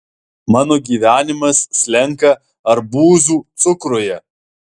mano gyvenimas slenka arbūzų cukruje